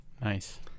Nice